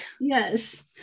Yes